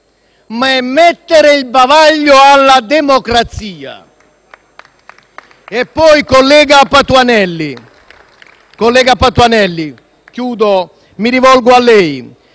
ma è mettere il bavaglio alla democrazia.